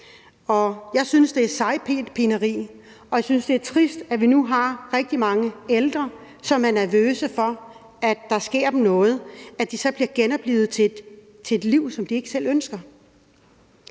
Jeg synes, det er sejpineri, og jeg synes, det er trist, at vi nu har rigtig mange ældre, som er nervøse for, at de, hvis der sker dem noget, så bliver genoplivet til et liv, som de ikke selv ønsker.